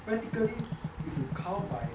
practically if you count by